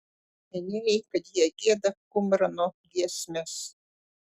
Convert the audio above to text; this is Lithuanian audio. minėjai kad jie gieda kumrano giesmes